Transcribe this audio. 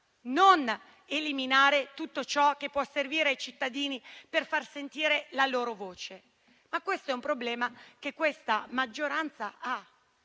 senza eliminare tutto ciò che può servire ai cittadini per far sentire la loro voce. Questo però è un problema che la maggioranza ha,